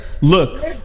look